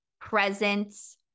presence